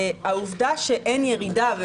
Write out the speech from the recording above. העובדה שאין ירידה,